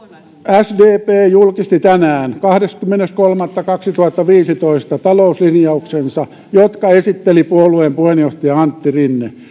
sdp julkisti tänään kahdeskymmenes kolmatta kaksituhattaviisitoista talouslinjauksensa jotka esitteli puolueen puheenjohtaja antti rinne